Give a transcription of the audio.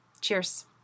cheers